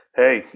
hey